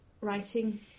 writing